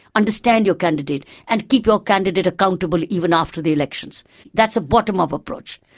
understand your candidate and keep your candidate accountable even after the elections that's a bottom-up approach.